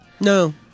No